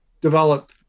develop